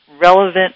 relevant